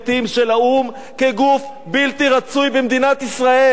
של האו"ם כגוף בלתי רצוי במדינת ישראל.